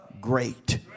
great